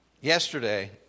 yesterday